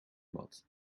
mat